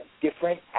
different